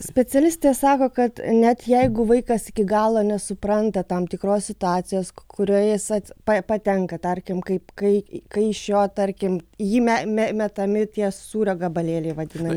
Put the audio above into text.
specialistė sako kad net jeigu vaikas iki galo nesupranta tam tikros situacijos kurioje jisai patenka tarkim kaip kai kai iš jo tarkim į jį meta metami tie sūrio gabalėliai vadinami